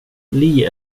lee